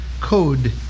code